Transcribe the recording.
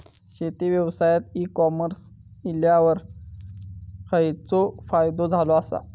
शेती व्यवसायात e commerce इल्यावर खयचो फायदो झालो आसा?